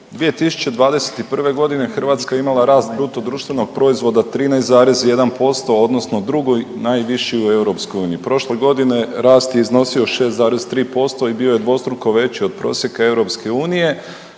2021. godine Hrvatska je imala rast bruto društvenog proizvoda 13,1% odnosno drugi najviši u EU. Prošle godine rast je iznosio 6,3% i bio je dvostruko veći od prosjeka EU.